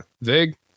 Vig